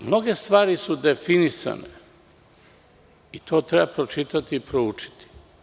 Mnoge stvari su definisane i to treba pročitati i proučiti.